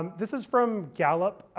um this is from gallup.